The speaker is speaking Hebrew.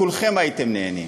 כולכם הייתם נהנים.